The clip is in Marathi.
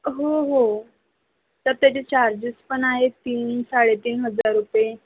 हो हो तर त्याचे चार्जेस पण आहेत तीन साडे तीन हजार रुपये